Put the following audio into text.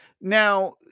Now